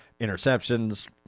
interceptions